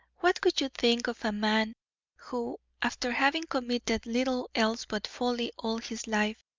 what would you think of a man who, after having committed little else but folly all his life,